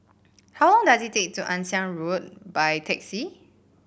how long does it take to Ann Siang Road by taxi